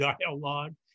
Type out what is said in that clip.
dialogue